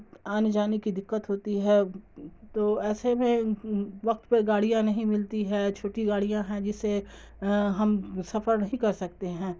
آنے جانے کی دقت ہوتی ہے تو ایسے میں وقت پہ گاڑیاں نہیں ملتی ہے چھوٹی گاڑیاں ہیں جس سے ہم سفر نہیں کر سکتے ہیں